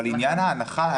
אבל עניין ההנחה,